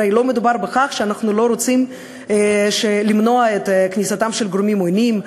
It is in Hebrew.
הרי לא מדובר בכך שאנחנו לא רוצים למנוע את כניסתם של גורמים עוינים,